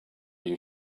you